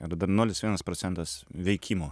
ir dar nulis vienas procentas veikimo